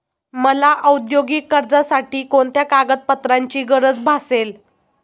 मला औद्योगिक कर्जासाठी कोणत्या कागदपत्रांची गरज भासेल?